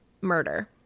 murder